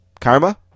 Karma